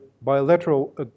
bilateral